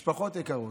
משפחות יקרות,